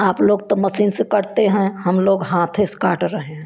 आप लोग तो मसीन से काटते हैं हम लोग हाथे से काट रहे हैं